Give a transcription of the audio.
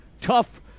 tough